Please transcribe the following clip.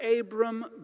Abram